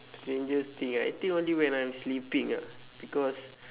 strangest thing ah I think only when I'm sleeping ah because